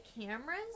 cameras